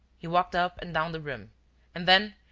he walked up and down the room and then,